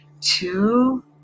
two